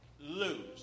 lose